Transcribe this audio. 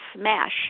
smash